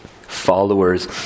followers